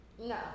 No